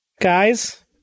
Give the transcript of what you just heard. Guys